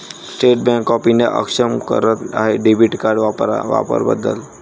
state bank of India अक्षम करत आहे डेबिट कार्ड वापरा वापर बदल